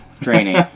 training